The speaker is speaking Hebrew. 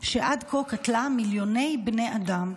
שעד כה קטלה מיליוני בני אדם.